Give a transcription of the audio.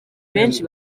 benshi